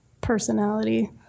personality